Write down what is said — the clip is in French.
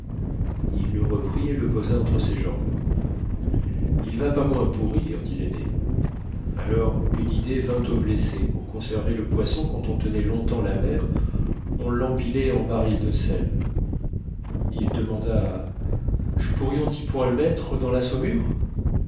il le reprit et le posa entre ses jambes il va pas moins pourrir dit l'aîné alors une idée vint au blessé pour conserver le poisson quand on tenait longtemps la mer on l'empilait en des barils de sel il demanda j'pourrions t'y point l'mettre dans la saumure